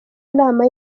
nama